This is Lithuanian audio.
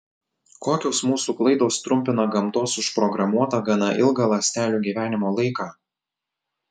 kokios mūsų klaidos trumpina gamtos užprogramuotą gana ilgą ląstelių gyvenimo laiką